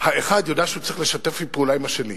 האחד יודע שהוא צריך לשתף פעולה עם השני.